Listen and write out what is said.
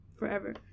forever